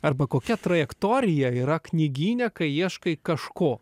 arba kokia trajektorija yra knygyne kai ieškai kažko